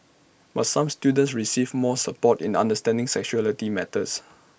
but some students receive more support in understanding sexuality matters